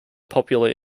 popular